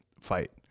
fight